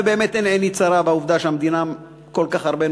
ובאמת עיני איננה צרה בעובדה שהמדינה נותנת כל כך הרבה,